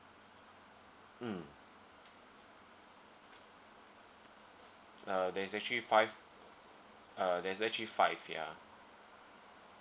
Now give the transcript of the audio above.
mm uh there is actually five uh there's actually five yeah